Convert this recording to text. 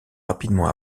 rapidement